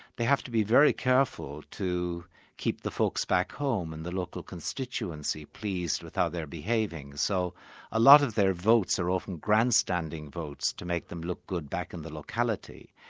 they have to be very careful to keep the folks back home and the local constituency pleased with how they're behaving. so a lot of their votes are often grandstanding votes to make them look good back in their locality.